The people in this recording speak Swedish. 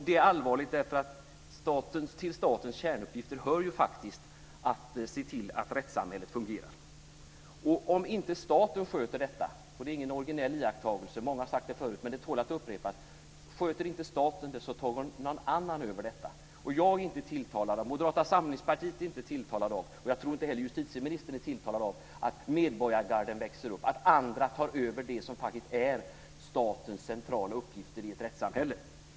Det är allvarligt, därför att till statens kärnuppgifter hör faktiskt att se till att rättssamhället fungerar. Om inte staten sköter detta - och det är ingen originell iakttagelse, många har sagt det förut men det tål att upprepas - tar någon annan över det. Jag och Moderata samlingspartiet är inte tilltalade, och jag tror inte att heller justitieministern är tilltalad, av att medborgargarden växer upp, att andra ta över det som faktiskt är statens centrala uppgifter i ett rättssamhälle.